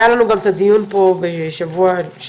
היה לנו גם את הדיון פה בשבוע שעבר,